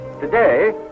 Today